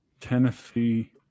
Tennessee